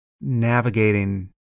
navigating